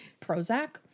Prozac